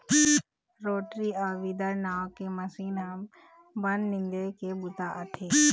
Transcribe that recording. rotary अउ weeder नांव के मसीन ह बन निंदे के बूता आथे